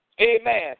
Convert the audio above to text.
amen